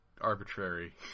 arbitrary